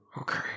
Okay